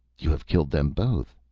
you have killed them both.